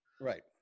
Right